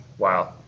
Wow